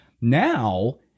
Now